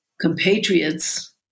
compatriots